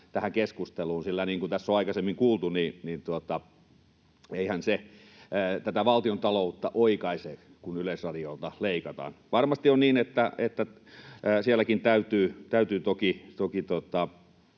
tähän keskusteluun, sillä niin kuin tässä on aikaisemmin kuultu, eihän se tätä valtiontaloutta oikaise, kun Yleisradiolta leikataan. Varmasti on niin, että sielläkin täytyy toki